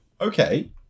okay